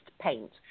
paint